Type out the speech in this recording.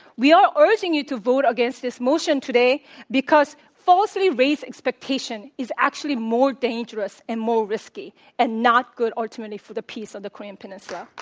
we are urging you to vote against this motion today because falsely raised expectation is actually more dangerous and more risky and not good ultimately for the peace of the korean peninsula.